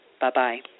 bye-bye